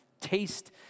taste